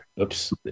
Oops